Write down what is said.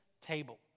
table